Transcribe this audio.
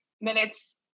minutes